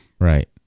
Right